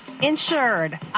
insured